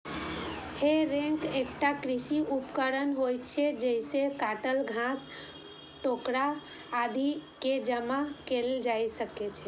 हे रैक एकटा कृषि उपकरण होइ छै, जइसे काटल घास, ठोकरा आदि कें जमा कैल जाइ छै